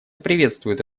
приветствует